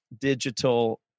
digital